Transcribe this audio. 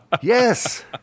Yes